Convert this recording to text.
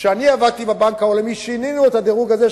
כשאני עבדתי בבנק העולמי שינינו את הדירוג הזה,